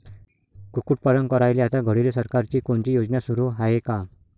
कुक्कुटपालन करायले आता घडीले सरकारची कोनची योजना सुरू हाये का?